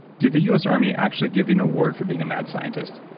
did the us army actually give you an award for being a mad scientist?